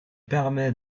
permet